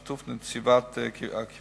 בשיתוף נציבת הקבילות,